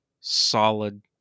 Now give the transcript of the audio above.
solid